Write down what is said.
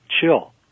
chill